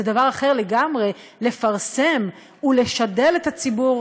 זה דבר אחר לגמרי לפרסם ולשדל את הציבור